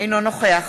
אינו נוכח